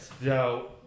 No